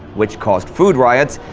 which caused food riots,